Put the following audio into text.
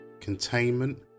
containment